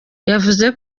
yavuze